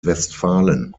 westfalen